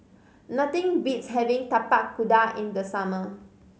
nothing beats having Tapak Kuda in the summer